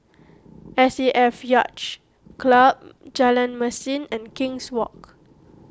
S A F Yacht Club Jalan Mesin and King's Walk